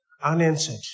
unanswered